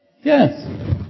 yes